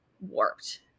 warped